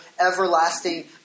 everlasting